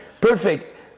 Perfect